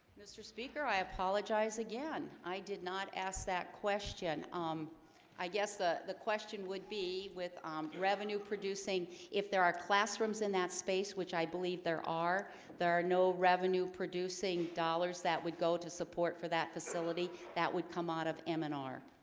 i? apologize again, i did not ask that question um i guess ah the question would be with um revenue producing if there are classrooms in that space which i believe there are there are no revenue producing dollars that would go to support for that facility that would come out of m and r